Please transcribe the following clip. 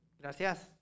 Gracias